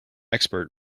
expert